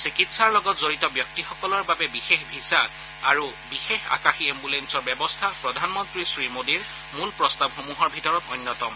চিকিৎসাৰ লগত জড়িত ব্যক্তিসকলৰ বাবে বিশেষ ভিছা আৰু বিশেষ আকাশী এঘুলেন্সৰ ব্যৱস্থা প্ৰধানমন্ত্ৰী শ্ৰীমোডীৰ মূল প্ৰস্তাৱসমূহৰ ভিতৰত অন্যতম